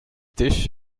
dish